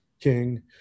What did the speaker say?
king